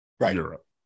Europe